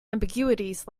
ambiguities